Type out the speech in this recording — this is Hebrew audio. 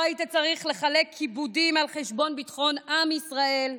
לא היית צריך לחלק כיבודים על חשבון ביטחון עם ישראל,